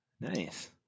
Nice